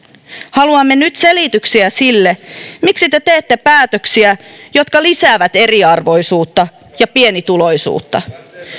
haluamme nyt selityksiä sille miksi te teette päätöksiä jotka lisäävät eriarvoisuutta ja pienituloisuutta